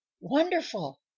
wonderful